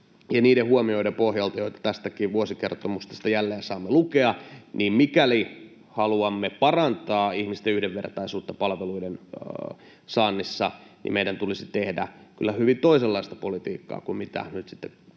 niiden huomioiden pohjalta, joita tästäkin vuosikertomuksesta jälleen saamme lukea, mikäli haluamme parantaa ihmisten yhdenvertaisuutta palveluiden saannissa, meidän tulisi tehdä kyllä hyvin toisenlaista politiikkaa kuin mitä nyt nykyinen